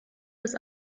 des